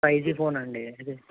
five G ఫోనా అండి